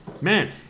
man